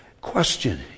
Question